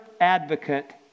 advocate